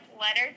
letters